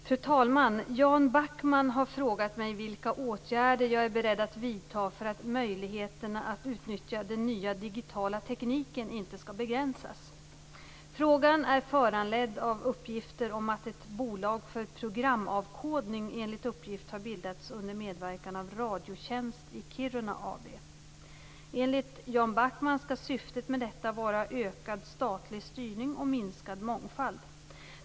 Fru talman! Jan Backman har frågat mig vilka åtgärder jag är beredd att vidta för att möjligheterna att utnyttja den nya digitala tekniken inte skall begränsas. Frågan är föranledd av uppgifter om att ett bolag för programavkodning enligt uppgift har bildats under medverkan av Radiotjänst i Kiruna AB. Enligt Jan Backman skall syftet med detta vara ökad statlig styrning och minskad mångfald.